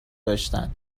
داشتن